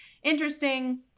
Interesting